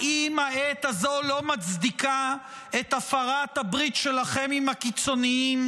האם העת הזו לא מצדיקה את הפרת הברית שלכם עם הקיצוניים,